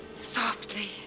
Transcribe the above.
Softly